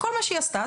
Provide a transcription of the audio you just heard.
כל מה שהיא עשתה,